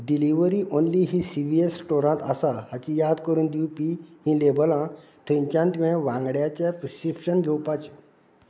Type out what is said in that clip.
delivery only ही C V S स्टोरांत आसा हाची याद करून दिवपी हीं लेबलां थंयच्यान तुवें वांगड्याचें प्रिस्क्रिप्शन घेवपाचें